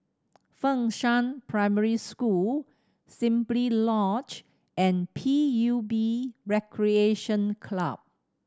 Fengshan Primary School Simply Lodge and P U B Recreation Club